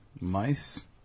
mice